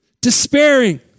despairing